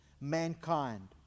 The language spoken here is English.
mankind